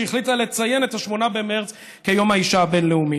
שהחליטה לציין את 8 במרס כיום האישה הבין-לאומי.